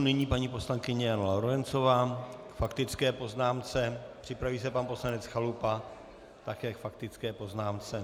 Nyní paní poslankyně Jana Lorencová k faktické poznámce, připraví se pan poslanec Chalupa také k faktické poznámce.